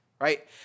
right